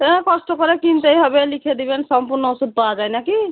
সে কষ্ট করে কিনতেই হবে লিখে দেবেন সম্পূর্ণ ওষুধ পাওয়া যায় না কি